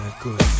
Good